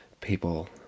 People